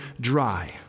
dry